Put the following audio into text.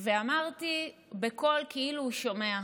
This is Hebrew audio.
ואמרתי בקול, כאילו הוא שומע: